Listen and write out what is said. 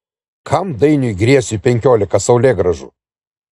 kam dainiui griesiui penkiolika saulėgrąžų